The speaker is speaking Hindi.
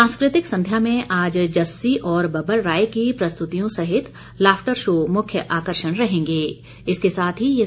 सांस्कृतिक संध्या में आज जस्सी और बबल राय की प्रस्तुतियों सहित लाफ्टर शो मुख्य आर्कषण रहेंगे